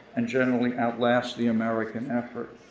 and generally outlast the american effort.